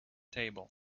table